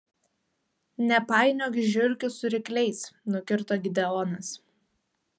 nepainiok žiurkių su rykliais nukirto gideonas